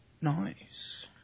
nice